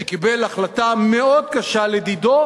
שקיבל החלטה מאוד קשה לדידו,